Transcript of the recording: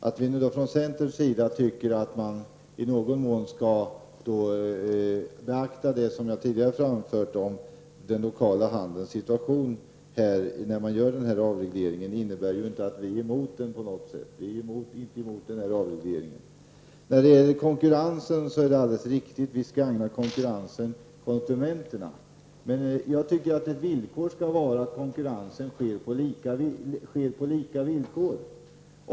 Att vi i centern tycker att man i någon mån vid denna avreglering skall beakta den lokala handelns situation innebär inte att vi på något sätt är emot denna avreglering. Visst är det riktigt att konkurrensen gagnar konsumenterna. Men jag tycker att ett villkor skall vara att konkurrensen sker på lika villkor.